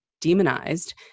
demonized